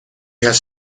has